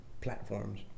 platforms